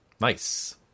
Nice